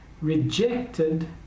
rejected